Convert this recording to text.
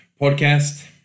podcast